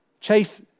Chase